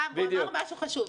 רם הוא אמר משהו חשוב,